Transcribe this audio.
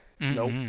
Nope